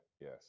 yes